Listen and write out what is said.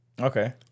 Okay